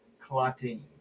clotting